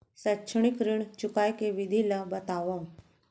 शैक्षिक ऋण चुकाए के विधि ला बतावव